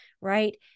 right